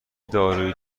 دارویی